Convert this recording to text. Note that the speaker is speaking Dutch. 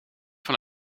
van